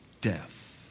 death